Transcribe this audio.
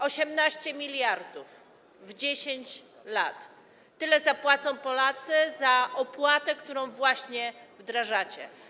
18 mld w 10 lat - tyle zapłacą Polacy za opłatę, którą właśnie wdrażacie.